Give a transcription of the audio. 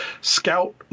Scout